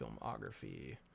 Filmography